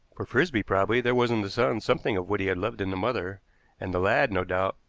for frisby probably there was in the son something of what he had loved in the mother and the lad, no doubt,